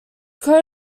coat